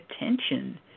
attention